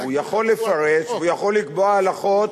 הוא יכול לפרש והוא יכול לקבוע הלכות.